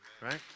right